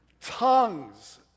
Tongues